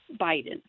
Biden